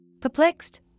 Perplexed